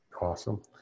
Awesome